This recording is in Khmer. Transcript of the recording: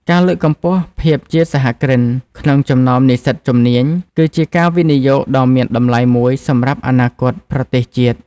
ការលើកកម្ពស់ភាពជាសហគ្រិនក្នុងចំណោមនិស្សិតជំនាញ គឺជាការវិនិយោគដ៏មានតម្លៃមួយសម្រាប់អនាគតប្រទេសជាតិ។